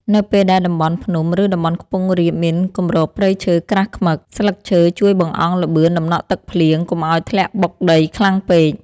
នៅពេលដែលតំបន់ភ្នំ ឬតំបន់ខ្ពង់រាបមានគម្របព្រៃឈើក្រាស់ឃ្មឹក ស្លឹកឈើជួយបង្អង់ល្បឿនតំណក់ទឹកភ្លៀងកុំឱ្យធ្លាក់បុកដីខ្លាំងពេក។